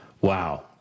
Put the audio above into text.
Wow